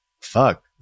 fuck